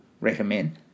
recommend